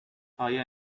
آیا